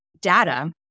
data